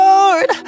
Lord